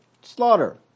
slaughter